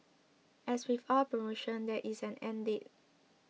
as with all promotions there is an end date